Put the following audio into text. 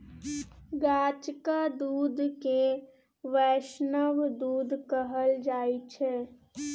गाछक दुध केँ बैष्णव दुध कहल जाइ छै